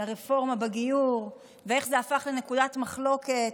הרפורמה בגיור ואיך זה הפך לנקודת מחלוקת.